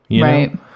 Right